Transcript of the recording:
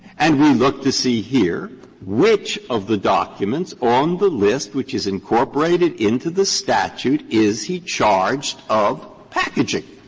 and we look to see here which of the documents on the list which is incorporated into the statute is he charged of packaging.